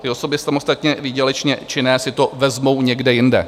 Ty osoby samostatně výdělečně činné si to vezmou někde jinde.